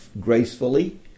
gracefully